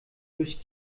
durch